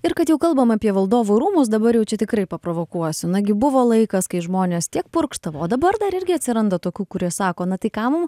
ir kad jau kalbam apie valdovų rūmus dabar jau čia tikrai paprovokuosiu nagi buvo laikas kai žmonės tiek purkštavo o dabar dar irgi atsiranda tokių kurie sako na tai kam